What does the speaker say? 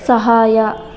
ಸಹಾಯ